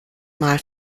mal